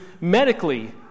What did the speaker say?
medically